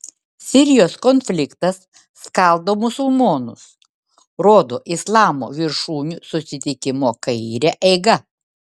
sirijos konfliktas skaldo musulmonus rodo islamo viršūnių susitikimo kaire eiga